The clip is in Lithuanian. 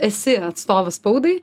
esi atstovas spaudai